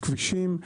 כבישים.